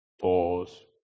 pause